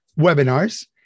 webinars